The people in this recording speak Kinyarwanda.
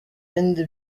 bindi